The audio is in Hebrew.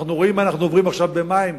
אנו רואים מה אנו עוברים עכשיו במים,